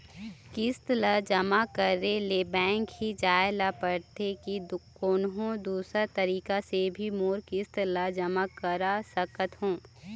किस्त ला जमा करे ले बैंक ही जाए ला पड़ते कि कोन्हो दूसरा तरीका से भी मोर किस्त ला जमा करा सकत हो?